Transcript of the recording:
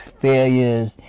failures